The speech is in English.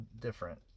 different